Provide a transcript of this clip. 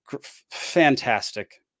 fantastic